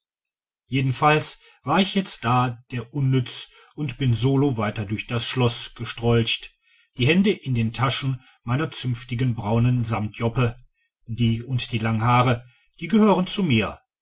jedenfalls war ich jetzt da der unnütz und bin solo weiter durch das schloß gestrolcht die hände in den taschen meiner zünftigen braunen samtjoppe die und die langen haare die gehören zu mir